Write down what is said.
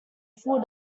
full